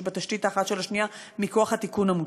בתשתית האחת של השנייה מכוח התיקון המוצע.